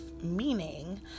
meaning